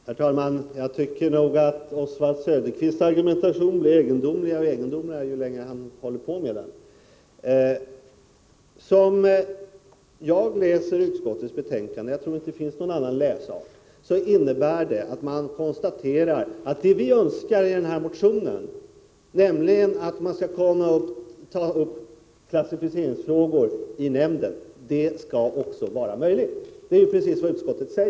Herr talman! Jag tycker nog att Oswald Söderqvists argumentering blir Onsdagen den egendomligare och egendomligare ju längre han håller på. 12 december 1984 Som jag läser utskottets betänkande — och jag tror inte att det finns någon annan läsart z innebär skrivningenatt korte konstaterar att det VLÖRSRan Insyn och samråd motionen, HAmligenratt klassiticeringstrågor skall känna tas upp i nämnden, rörande krigsmateockså skall vara möjligt — det är precis vad utskottet säger.